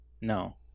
no